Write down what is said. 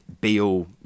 Beal